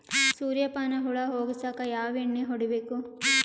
ಸುರ್ಯಪಾನ ಹುಳ ಹೊಗಸಕ ಯಾವ ಎಣ್ಣೆ ಹೊಡಿಬೇಕು?